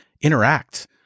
interact